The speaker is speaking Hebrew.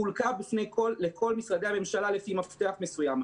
חולקה לכל משרדי הממשלה לפי מפתח מסוים.